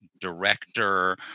director